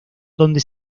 donde